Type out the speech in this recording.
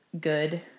good